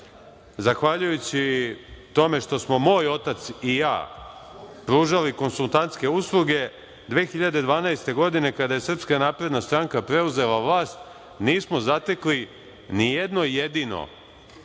zahvaljujući tome što smo moj otac i ja pružali konsultantske usluge, 2012. godine, kada je SNS preuzela vlast, nismo zatekli ni jedno jedino